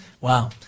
Wow